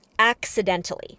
accidentally